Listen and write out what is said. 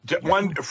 one